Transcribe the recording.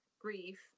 grief